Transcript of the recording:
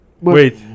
Wait